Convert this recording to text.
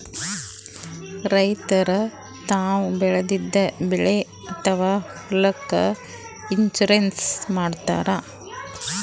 ರೈತರ್ ತಾವ್ ಬೆಳೆದಿದ್ದ ಬೆಳಿ ಅಥವಾ ಹೊಲಕ್ಕ್ ಇನ್ಶೂರೆನ್ಸ್ ಮಾಡಸ್ತಾರ್